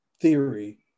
theory